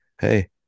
hey